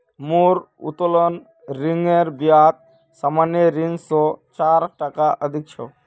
मोर उत्तोलन ऋनेर ब्याज सामान्य ऋण स चार टका अधिक छ